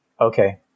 Okay